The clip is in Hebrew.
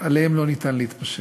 אין אפשרות להתפשר.